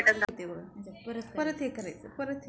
UPI द्वारे phone bill, recharge, light, खरेदी bill भरू शकतो का?